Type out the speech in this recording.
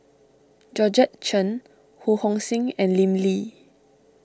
Georgette Chen Ho Hong Sing and Lim Lee